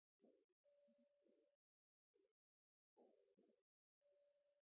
ho.